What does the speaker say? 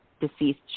deceased